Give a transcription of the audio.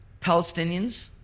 Palestinians